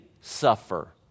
suffer